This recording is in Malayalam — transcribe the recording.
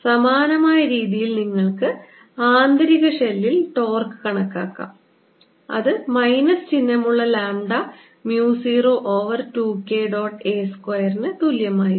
സമാനമായ രീതിയിൽ നിങ്ങൾക്ക് ആന്തരിക ഷെല്ലിൽ ടോർക്ക് കണക്കാക്കാം അത് മൈനസ് ചിഹ്നമുള്ള lambda mu 0 over 2 K dot a സ്ക്വയറിന് തുല്യമായിരിക്കും